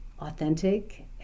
authentic